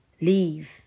leave